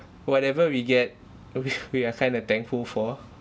whatever we get we are we are kind of thankful for